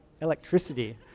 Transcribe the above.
electricity